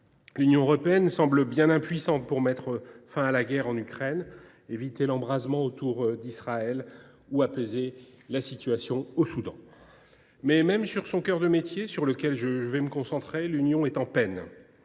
L’Union européenne semble bien impuissante pour mettre fin à la guerre en Ukraine, éviter l’embrasement autour d’Israël ou apaiser la situation au Soudan. Même sur son cœur de métier, sur lequel je vais me concentrer, l’Union est à la peine